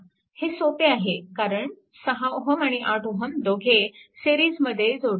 हे सोपे आहे कारण 6Ω आणि 8Ω दोघे सेरीजमध्ये जोडलेले आहेत